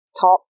top